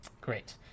Great